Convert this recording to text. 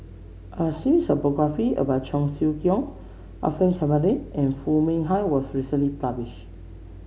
a series of biography about Cheong Siew Keong Orfeur Cavenagh and Foo Mee Har was recently published